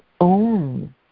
own